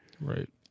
Right